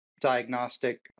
diagnostic